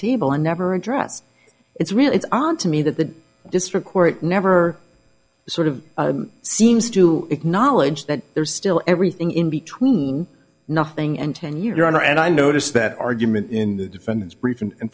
table and never addressed it's really it's odd to me that the district court never sort of seems to acknowledge that there's still everything in between nothing and tenure and i notice that argument in the defendant's brief and